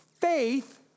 faith